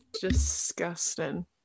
Disgusting